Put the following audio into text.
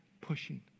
pushing